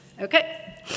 Okay